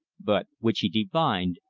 but which he divined,